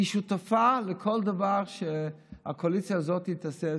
היא שותפה לכל דבר שהקואליציה הזאת תעשה.